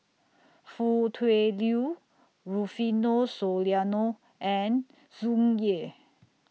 Foo Tui Liew Rufino Soliano and Tsung Yeh